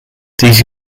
these